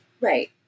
Right